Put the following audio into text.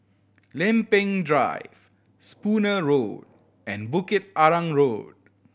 Lempeng Drive Spooner Road and Bukit Arang Road